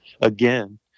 again